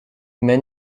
men